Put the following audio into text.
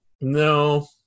No